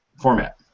format